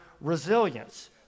resilience